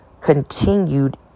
continued